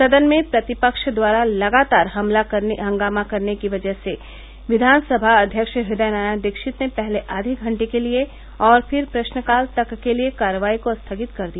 सदन में प्रतिपक्ष द्वारा लगातार हंगामा करने की वजह से विधानसभा अध्यक्ष हृदय नारायण दीक्षित ने पहले आधे घंटे के लिए और फिर प्रस्न काल तक के लिए कार्यवाही को स्थगित कर दिया